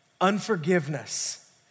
unforgiveness